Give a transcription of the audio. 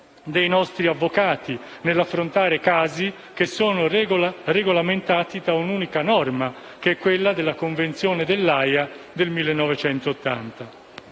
dei nostri avvocati nell'affrontare casi che sono regolamentati da un'unica norma, la Convenzione dell'Aja del 1980.